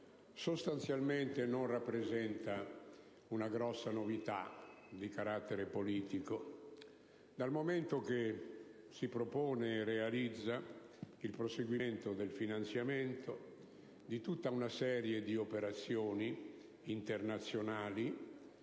sostanzialmente non rappresenta una grossa novità di carattere politico, dal momento che si propone e realizza il proseguimento del finanziamento di una serie di operazioni internazionali